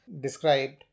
described